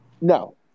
No